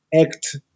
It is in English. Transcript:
act